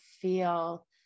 feel